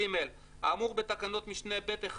(ג)האמור בתקנת משנה (ב)(1),